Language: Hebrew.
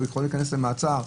הוא יכול להיכנס למעצר,